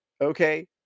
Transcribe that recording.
Okay